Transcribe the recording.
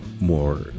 more